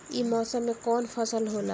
ई मौसम में कवन फसल होला?